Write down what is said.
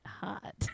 hot